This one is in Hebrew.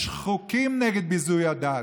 יש חוקים נגד ביזוי הדת.